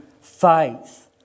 faith